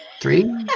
Three